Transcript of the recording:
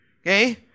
okay